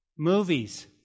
Movies